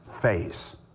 face